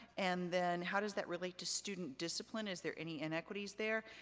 and then, how does that relate to student discipline? is there any inequities there?